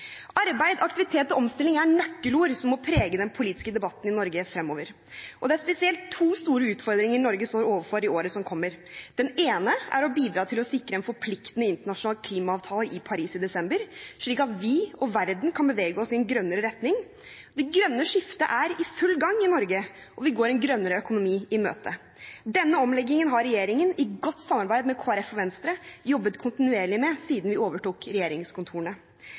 Arbeid, aktivitet og omstilling er nøkkelord som må prege den politiske debatten i Norge fremover. Og det er spesielt to store utfordringer Norge står overfor i året som kommer. Den ene er å bidra til å sikre en forpliktende internasjonal klimaavtale i Paris i desember, slik at vi og verden kan bevege oss i en grønnere retning. Det grønne skiftet er i full gang i Norge, og vi går en grønnere økonomi i møte. Denne omleggingen har regjeringen, i godt samarbeid med Kristelig Folkeparti og Venstre, jobbet kontinuerlig med siden vi overtok regjeringskontorene.